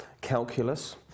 calculus